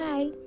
Bye